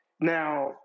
Now